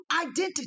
identity